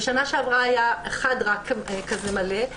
בשנה שעברה היה רק אחד כזה מלא.